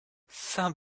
some